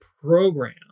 program